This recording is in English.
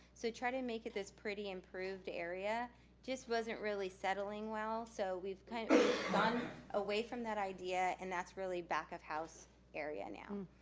so try to make it this pretty improved area just wasn't really settling well. so we've kind of gotten away from that idea and that's really back of house area now.